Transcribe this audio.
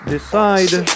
Decide